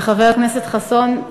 וחבר הכנסת חסון,